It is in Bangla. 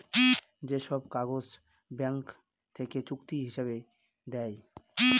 যে সব কাগজ ব্যাঙ্ক থেকে চুক্তি হিসাবে দেয়